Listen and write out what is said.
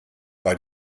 bei